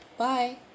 Bye